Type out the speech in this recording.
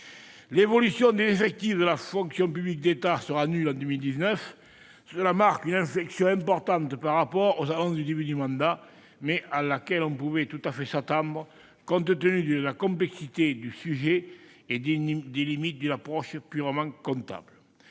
L'évolution des effectifs de la fonction publique d'État aura été nulle en 2019, ce qui marque une inflexion importante par rapport aux annonces du début de mandat, mais à laquelle on pouvait tout à fait s'attendre, compte tenu de la complexité du sujet et des limites d'une approche purement comptable.